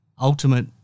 ultimate